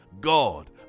God